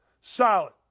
Solid